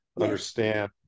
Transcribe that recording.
Understand